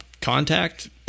contact